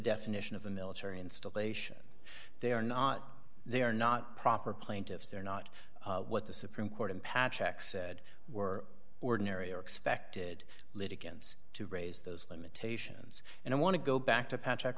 definition of a military installation they are not they are not proper plaintiffs they're not what the supreme court and patrick said were ordinary or expected litigants to raise those limitations and i want to go back to patrick